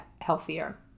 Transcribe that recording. healthier